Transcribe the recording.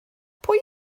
pwy